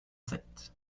sept